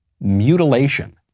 mutilation